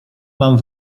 mam